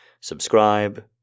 subscribe